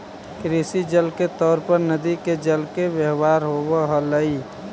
कृषि जल के तौर पर नदि के जल के व्यवहार होव हलई